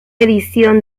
edición